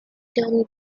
terms